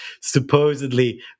supposedly